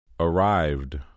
Arrived